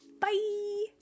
bye